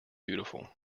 beautiful